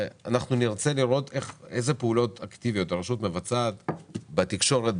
נרצה לראות איזה פעולות אקטיביות הרשות מבצעת בתקשורת,